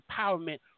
empowerment